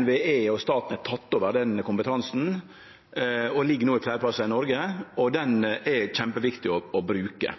NVE og staten har teke over den kompetansen – det ligg no fleire plassar i Noreg – og han er det kjempeviktig å bruke.